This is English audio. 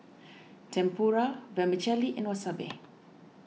Tempura Vermicelli and Wasabi